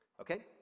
okay